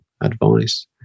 advice